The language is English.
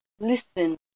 listen